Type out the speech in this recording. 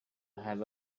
have